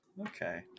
Okay